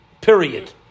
Period